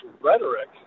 rhetoric